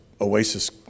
Oasis